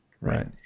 right